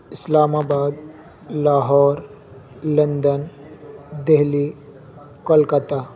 اسلام آباد لاہور لندن دہلی کولکاتہ